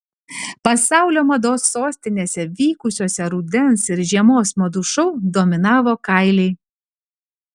pasaulio mados sostinėse vykusiuose rudens ir žiemos madų šou dominavo kailiai